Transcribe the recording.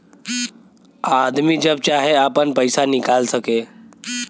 आदमी जब चाहे आपन पइसा निकाल सके